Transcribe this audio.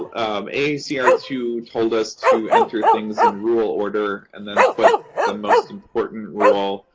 a um a c r two told us to enter things in rule order and then put the most important rule